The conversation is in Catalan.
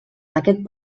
aquest